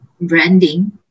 branding